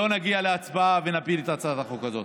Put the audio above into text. ולא נגיע להצבעה ונפיל את הצעת החוק הזאת.